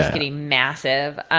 is getting massive. ah